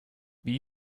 wie